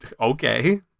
Okay